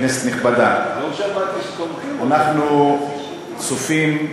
כנסת נכבדה, אנחנו צופים,